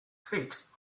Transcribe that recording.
feet